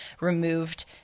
removed